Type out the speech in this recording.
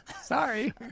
sorry